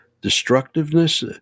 destructiveness